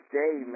day